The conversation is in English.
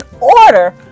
order